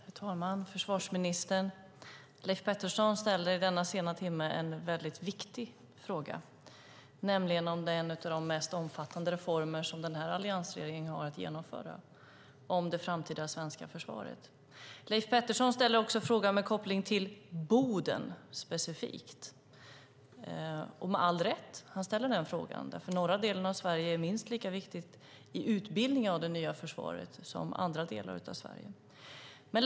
Herr talman och försvarsministern! Leif Pettersson ställer i denna sena timme en viktig fråga om en av de mest omfattande reformer som alliansregeringen har att genomföra. Det handlar om det framtida svenska försvaret. Leif Pettersson ställer också frågan med koppling till Boden specifikt. Med all rätt ställer han sin fråga, för norra delen av Sverige är minst lika viktig i utbildningen av det nya försvaret som andra delar av Sverige.